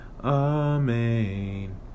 Amen